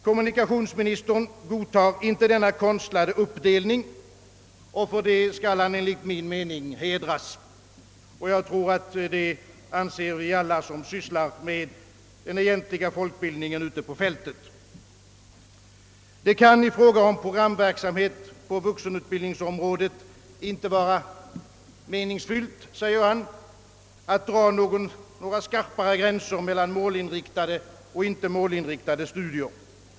Kommunikationsministern godtar inte denna konstlade uppdelning, och för det skall han enligt min mening hedras. Jag tror, att alla anser det som sysslar med den egentliga folkbildningen ute på fältet. Det kan i fråga om programverksamhet på vuxenutbildningens område inte vara meningsfullt, säger herr Palme, att dra några skarpare gränser mellan målinriktade och icke målinriktade studier.